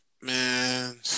Man